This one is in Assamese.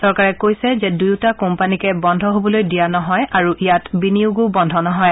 চৰকাৰে কৈছে যে দুয়োটা কোম্পানীকে বন্ধ হ'বলৈ দিয়া নহয় আৰু ইয়াত বিনিয়োগো বন্ধ নহয়